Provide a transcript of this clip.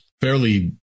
fairly